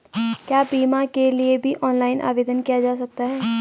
क्या बीमा के लिए भी ऑनलाइन आवेदन किया जा सकता है?